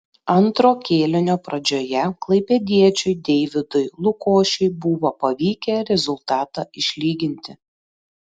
antro kėlinio pradžioje klaipėdiečiui deividui lukošiui buvo pavykę rezultatą išlyginti